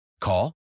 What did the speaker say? Call